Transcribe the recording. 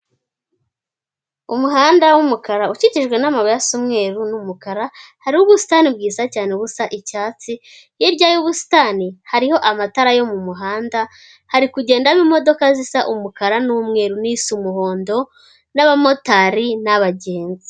Umuhanda w'umukara ukikijwe n'amabuye asa umweru n'umukara, hariho ubusitani bwiza cyane ubusa icyatsi, hirya y'ubusitani hariho amatara yo mu muhanda hari kugendamo imodoka zisa umukara n'umweru, n'isa umuhondo, n'abamotari n'abagenzi.